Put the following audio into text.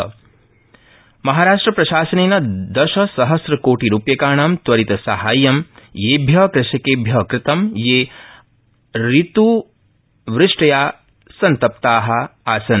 महाराष्ट्रप्रदेश महाराष्ट्रप्रशासनेन दशसहस्रकोटिरूप्यकाणां त्वरितसहाय्यं येभ्य कृषकेभ्य कृतं ये अत्रत्वष्टया संतप्ता आसन्